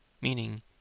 Meaning